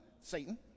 satan